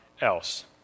else